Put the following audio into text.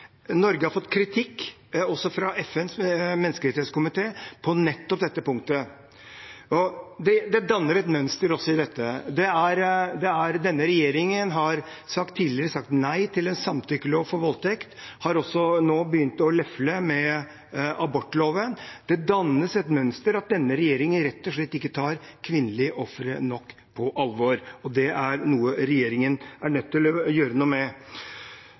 Norge har fått kritikk også fra FNs menneskerettskomité på nettopp dette punktet. Det dannes et mønster i dette. Denne regjeringen har tidligere sagt nei til en samtykkelov for voldtekt og har nå også begynt å lefle med abortloven. Det dannes et mønster av at denne regjeringen rett og slett ikke tar kvinnelige ofre nok på alvor. Det er noe regjeringen er nødt til å gjøre noe med.